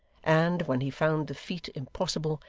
and, when he found the feat impossible,